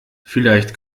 vielleicht